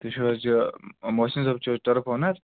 تُہۍ چھُو حظ یہِ موسِن صٲب چھِ حظ ٹٔرٕف اونر حظ